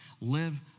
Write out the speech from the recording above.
live